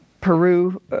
Peru